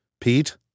Pete